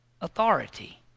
authority